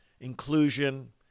inclusion